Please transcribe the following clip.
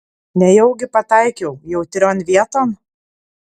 nejaugi pataikiau jautrion vieton